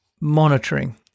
monitoring